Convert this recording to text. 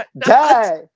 Die